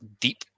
deep